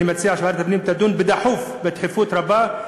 ואני מציע שוועדת הפנים תדון בדחיפות רבה,